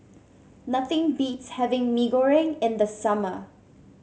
nothing beats having Mee Goreng in the summer